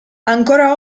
ancora